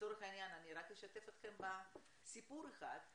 לצורך העניין אני אשתף אתכם בסיפור אחד,